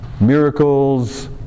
miracles